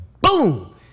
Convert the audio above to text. boom